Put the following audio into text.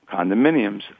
condominiums